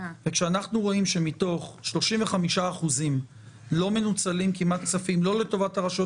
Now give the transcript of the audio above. כשאנחנו רואים שמתוך 35% לא מנוצלים כמעט כספים לטובת הרשויות